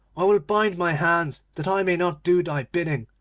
i will bind my hands that i may not do thy bidding,